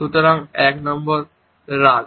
সুতরাং 1 নম্বর রাগ